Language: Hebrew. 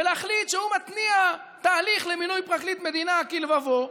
ולהחליט שהוא מתניע תהליך למינוי פרקליט מדינה כלבבו,